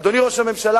אדוני ראש הממשלה,